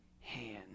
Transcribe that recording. hand